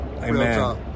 amen